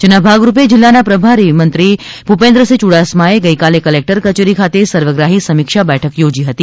જેના ભાગરૂપે જિલ્લાના પ્રભારીમંત્રીશ્રી ભૂપેન્દ્રસિંહ યૂડાસમાએ ગઇકાલે કલેકટર કચેરી ખાતે સર્વગ્રાહી સમિક્ષા બેઠક યોજી હતી